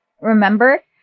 remember